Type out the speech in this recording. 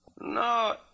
No